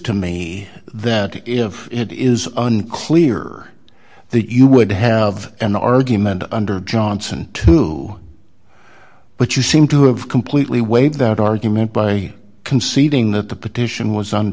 to me that if it is unclear that you would have an argument under johnson two but you seem to have completely waived that argument by conceding that the petition was